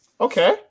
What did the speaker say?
Okay